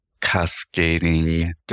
cascading